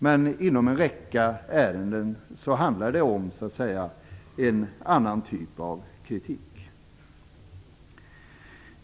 Men inom en räcka ärenden handlar det om en annan typ av kritik.